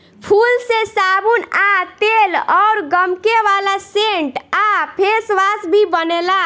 फूल से साबुन आ तेल अउर गमके वाला सेंट आ फेसवाश भी बनेला